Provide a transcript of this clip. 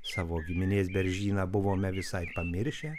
savo giminės beržyną buvome visai pamiršę